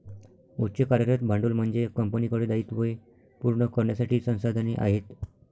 उच्च कार्यरत भांडवल म्हणजे कंपनीकडे दायित्वे पूर्ण करण्यासाठी संसाधने आहेत